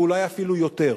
ואולי אפילו יותר.